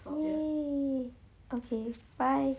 !yay! okay bye